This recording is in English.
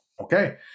Okay